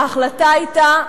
ההחלטה היתה,